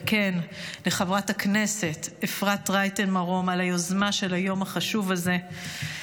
וכן לחברת הכנסת אפרת רייטן מרום על היוזמה של היום החשוב הזה.